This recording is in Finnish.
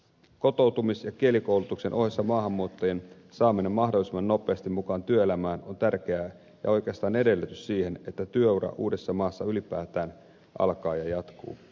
kotoutumis ja kielikoulutuksen ohessa maahanmuuttajien saaminen mahdollisimman nopeasti mukaan työelämään on tärkeää ja oikeastaan edellytys siihen että työura uudessa maassa ylipäätään alkaa ja jatkuu